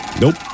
Nope